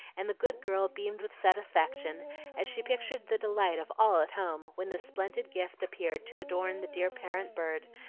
and the good girl beamed with satisfaction as she pictured the delight of all at home when this splendid gift appeared to adorn the dear parent-bird,